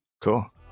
Cool